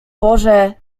boże